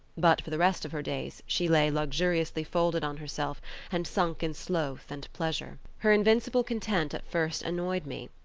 but for the rest of her days she lay luxuriously folded on herself and sunk in sloth and pleasure. her invincible content at first annoyed me,